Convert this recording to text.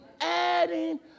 adding